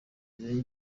izo